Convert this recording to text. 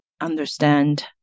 understand